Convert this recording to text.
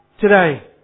today